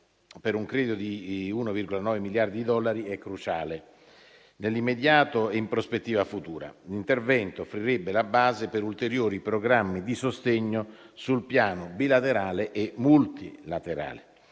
per un credito di 1,9 miliardi di dollari è cruciale nell'immediato e in prospettiva futura. L'intervento offrirebbe la base per ulteriori programmi di sostegno sul piano bilaterale e multilaterale.